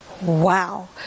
Wow